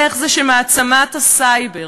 איך זה שמעצמת הסייבר,